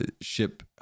ship